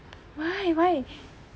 why why